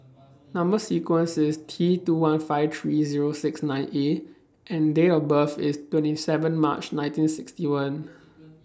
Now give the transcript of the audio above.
Number sequence IS T two one five three Zero six nine A and Date of birth IS twenty seven March nineteen sixty one